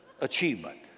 achievement